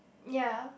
ya